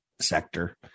sector